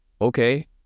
okay